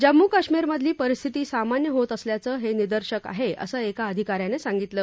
जम्मू काश्मीर मधली परिस्थिती सामान्य होत असल्याचं हे निदर्शक आहे असं एका अधिका यानं सांगितलं